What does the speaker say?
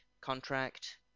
contract